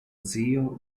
zio